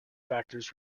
factors